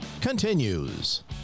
continues